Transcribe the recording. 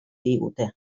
digute